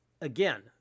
Again